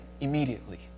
immediately